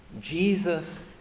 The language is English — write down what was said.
Jesus